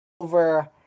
over